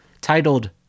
Titled